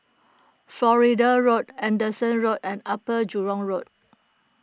Florida Road Anderson Road and Upper Jurong Road